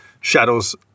Shadows